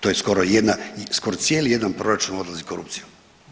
To je skoro jedna, skoro cijeli jedan proračun odlazi u korupciju.